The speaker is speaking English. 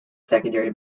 secondary